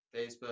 Facebook